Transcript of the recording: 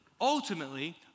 ultimately